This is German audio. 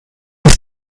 ist